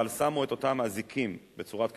אבל שמו את אותם אזיקים בצורת קנסות,